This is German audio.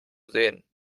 sehen